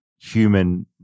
human